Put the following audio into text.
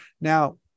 now